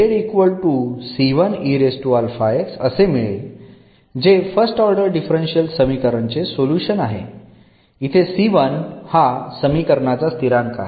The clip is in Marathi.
मग इथे असे मिळेल जे फर्स्ट ऑर्डर डिफरन्शियल समीकरण चे सोल्युशन आहे इथे हा समीकरणाचा स्थिरांक आहे